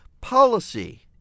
policy